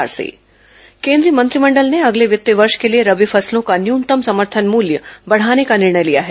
केंद्रीय मंत्रिमंडल निर्णय केन्द्रीय मंत्रिमंडल ने अगले वित्तीय वर्ष के लिए रबी फसलों का न्यूनतम समर्थन मूल्य बढ़ाने का निर्णय लिया है